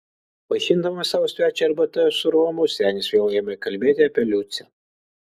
vaišindamas savo svečią arbata su romu senis vėl ėmė kalbėti apie liucę